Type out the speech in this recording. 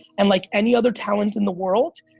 and like any other talent in the world,